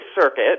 Circuit